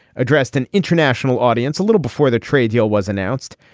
addressed an international audience a little before the trade deal was announced,